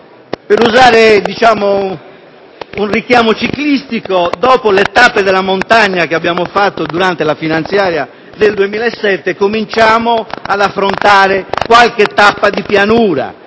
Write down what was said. per così dire, un richiamo ciclistico, dopo le tappe della montagna che abbiamo fatto durante la finanziaria del 2007, cominciamo ad affrontare qualche tappa di pianura,